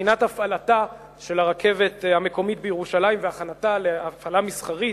לבחינת הפעלתה של הרכבת המקומית בירושלים והכנתה להפעלה מסחרית,